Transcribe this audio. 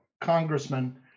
Congressman